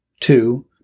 Two